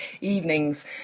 evenings